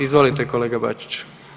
Izvolite kolega Bačić.